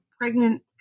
Pregnant